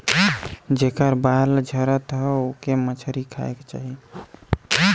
जेकर बाल झरत हौ ओके मछरी खाए के चाही